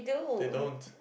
they don't